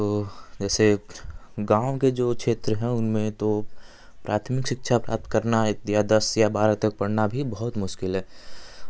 तो जैसे गाँव के जो क्षेत्र हैं उनमें तो प्राथमिक शिक्षा प्राप्त करना या दस या बारह तक पढ़ना भी बहुत मुश्किल है